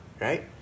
right